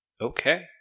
Okay